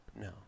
No